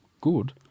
good